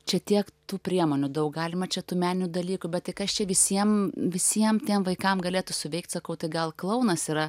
čia tiek tų priemonių daug galima čia tų meninių dalykų bet tai kas čia visiem visiem tiem vaikam galėtų suveikti sakau tai gal klounas yra